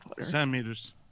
centimeters